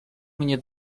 mnie